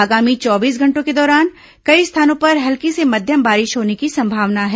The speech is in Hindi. आगामी चौबीस घंटों के दौरान कई स्थानों पर हल्की से मध्यम बारिश होने की संभावना है